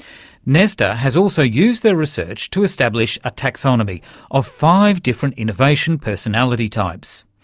nesta has also used their research to establish a taxonomy of five different innovation personality types.